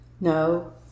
No